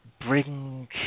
bring